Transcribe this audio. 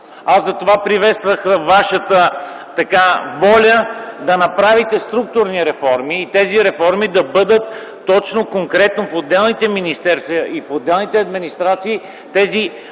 Затова аз приветствах Вашата воля да направите структурни реформи и тези реформи да бъдат точно, конкретно в отделните министерства и в отделните администрации – там,